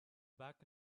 back